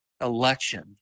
election